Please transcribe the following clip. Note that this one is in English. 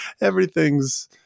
Everything's